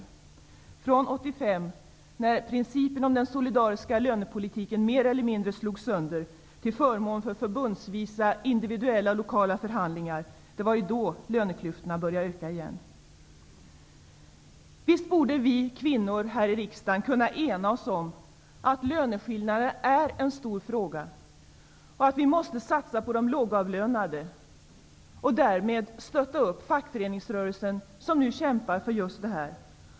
Från 1985, när principen om den solidariska lönepolitiken mer eller mindre slogs sönder till förmån för individuella lokala förhandlingar förbundsvis, började löneklyftorna öka igen. Visst borde vi kvinnor här i riksdagen kunna ena oss om att löneskillnaderna är en stor fråga och att vi måste satsa på de lågavlönade och därmed stötta upp fackföreningsrörelsen, som nu kämpar för just det.